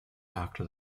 after